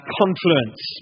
confluence